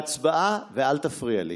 אני בהצבעה, ואל תפריע לי.